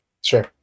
Sure